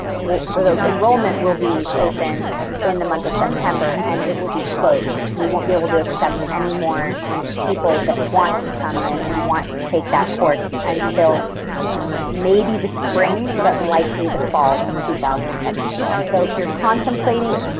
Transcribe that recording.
the enrollment will be open in the month of september and it will be closed. we won't be able to accept any more people that want to come in and want to take that course until maybe the spring but likely the fall of two thousand and seventeen. so if you're contemplating,